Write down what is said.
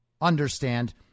understand